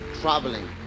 traveling